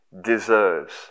deserves